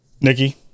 Nikki